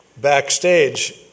backstage